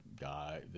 guy